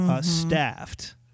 staffed